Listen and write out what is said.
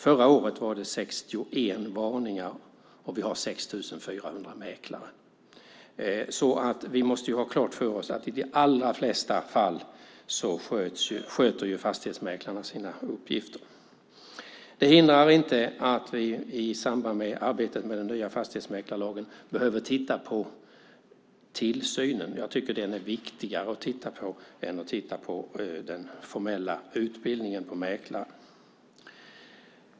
Förra året var det 61 varningar, och vi har 6 400 mäklare. Vi måste ha klart för oss att fastighetsmäklarna i de allra flesta fall sköter sina uppgifter. Det hindrar inte att vi i samband med arbetet med den nya fastighetsmäklarlagen behöver titta på tillsynen. Jag tycker att den är viktigare att titta på än den formella utbildningen för mäklare.